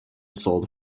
sold